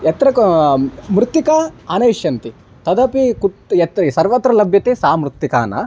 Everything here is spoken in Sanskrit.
यत्र क मृत्तिका आनयिष्यन्ति तदपि कुत् यत् सर्वत्र लभ्यते सा मृत्तिका न